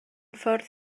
ffordd